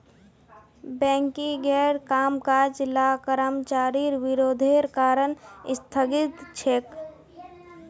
बैंकिंगेर कामकाज ला कर्मचारिर विरोधेर कारण स्थगित छेक